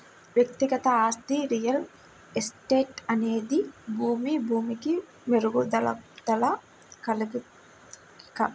వ్యక్తిగత ఆస్తి రియల్ ఎస్టేట్అనేది భూమి, భూమికి మెరుగుదలల కలయిక